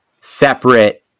separate